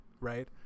right